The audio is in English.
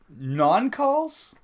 Non-calls